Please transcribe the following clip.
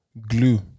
Glue